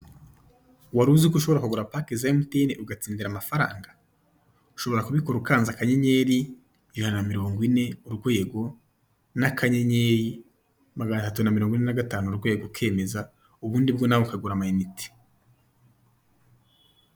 Waruziko ushobora kugura paka za MTN ugatsindira amafaranga, ushobora kubikora ukanze akanyenyeri ijana na mirongo ine urwego n'akanyenyeri magana atatu na mirongo ine na gatanu urwego ukemeza ubundi bwo nawe ukagura amayinite.